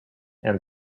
and